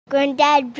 Granddad